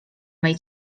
mej